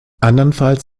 andernfalls